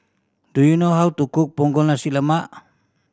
do you know how to cook Punggol Nasi Lemak